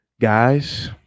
guys